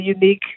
unique